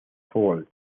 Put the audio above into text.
falls